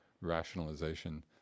rationalization